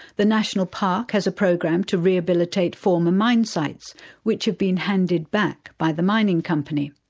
the national park has a program to rehabilitate former mine sites which have been handed back by the mining company.